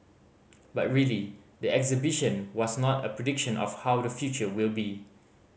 but really the exhibition was not a prediction of how the future will be